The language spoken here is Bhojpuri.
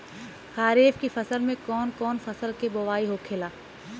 खरीफ की फसल में कौन कौन फसल के बोवाई होखेला?